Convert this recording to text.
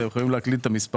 אתם יכולים להקליד את המספרים.